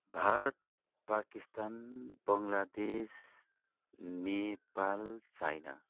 Bharat Pakistan Bangladesh Nepal China